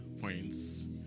points